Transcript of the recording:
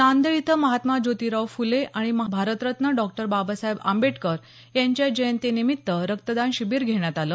नांदेड इथं महात्मा ज्योतिराव फुले आणि भारतरत्न डॉक्टर बाबासाहेब आंबेडकर यांच्या जयंती निमित्त रक्तदान शिबिर घेण्यात आलं